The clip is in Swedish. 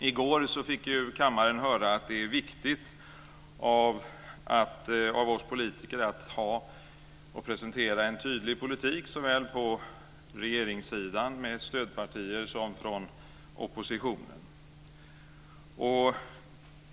I går fick kammaren höra att det är viktigt att vi politiker, såväl regeringssidan med stödpartier som oppositionen, presenterar en tydlig politik.